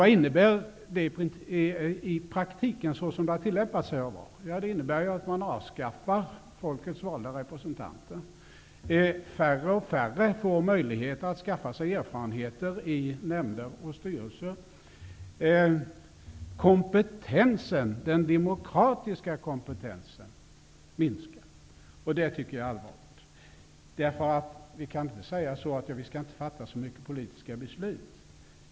Vad innebär detta i praktiken såsom tillämpningen varit? Ja, det innebär att man avskaffar folkets valda representanter. Allt färre får möjligheter att skaffa sig erfarenheter i nämnder och styrelser. Den demokratiska kompetensen minskar, och det tycker jag är allvarligt. Vi kan inte säga att vi inte skall fatta så många politiska beslut.